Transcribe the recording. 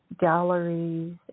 galleries